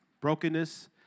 brokenness